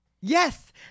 Yes